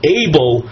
able